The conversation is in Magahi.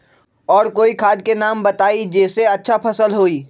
और कोइ खाद के नाम बताई जेसे अच्छा फसल होई?